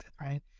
right